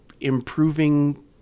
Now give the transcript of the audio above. improving